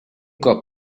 cop